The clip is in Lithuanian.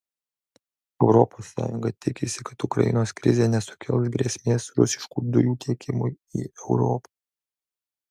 europos sąjunga tikisi kad ukrainos krizė nesukels grėsmės rusiškų dujų tiekimui į europą